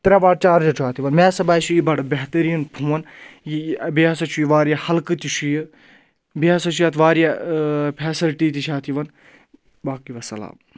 ترٛےٚ watt charger چھُ اَتھ یِوان مےٚ ہَسا باسیو یہِ بَڑٕ بہتریٖن فون یہِ بیٚیہِ ہَسا چھُ یہِ واریاہ ہلکہٕ تہِ چھُ یہِ بیٚیہِ ہَسا چھُ اَتھ واریاہ فیسَلٹی تہِ چھِ اَتھ یِوان باقٕے وَسَلام